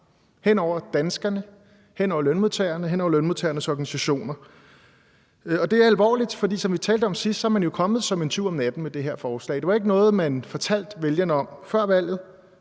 hen over danskerne, hen over lønmodtagerne, hen over lønmodtagernes organisationer. Det er alvorligt, for som vi talte om sidst, er man kommet som en tyv om natten med det her forslag. Det var ikke noget, man fortalte vælgerne om før valget;